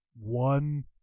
one